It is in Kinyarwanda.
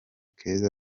keza